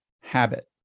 habit